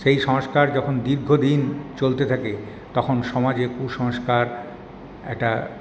সেই সংস্কার যখন দীর্ঘদিন চলতে থাকে তখন সমাজে কুসংস্কার একটা